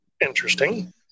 Interesting